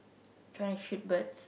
trying to shoot birds